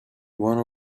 one